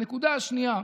והנקודה השנייה,